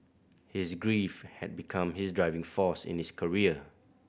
his grief had become his driving force in his career